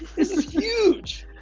this is huge.